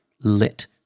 lit